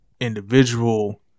individual